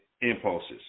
impulses